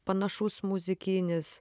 panašus muzikinis